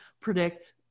predict